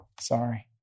sorry